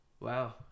wow